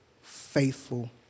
faithful